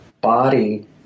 body